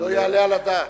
לא יעלה על הדעת.